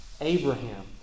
Abraham